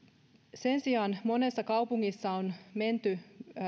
monessa kaupungissa on menty